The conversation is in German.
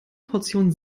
portion